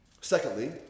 Secondly